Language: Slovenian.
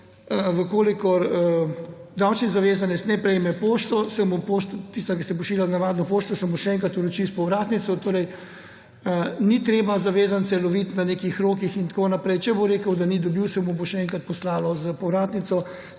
da če davčni zavezanec ne prejme pošte, tiste, ki se pošilja z navadno pošto, se mu še enkrat vroči s povratnico. Torej ni treba zavezancev loviti na nekih rokih in tako naprej. Če bo rekel, da ni dobil, se mu bo še enkrat poslalo s povratnico.